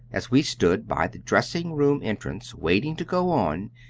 as we stood by the dressing-room entrance waiting to go on,